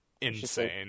insane